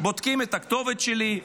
בודקים את הכתובת שלי,